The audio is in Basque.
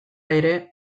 ere